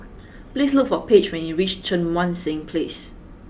please look for Paige when you reach Cheang Wan Seng Place